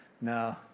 no